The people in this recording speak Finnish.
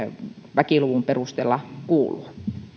väkiluvun perusteella kuuluu